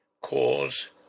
cause